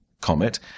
comet